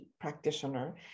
practitioner